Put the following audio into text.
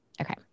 Okay